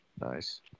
nice